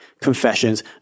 confessions